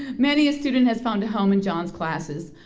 many a student has found a home in john's classes,